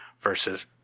versus